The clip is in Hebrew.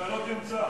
אתה לא תמצא.